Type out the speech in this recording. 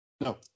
No